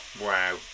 Wow